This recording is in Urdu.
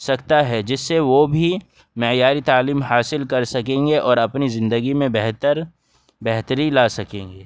سکتا ہے جس سے وہ بھی معیاری تعلیم حاصل کر سکیں گے اور اپنی زندگی میں بہتر بہتری لا سکیں گے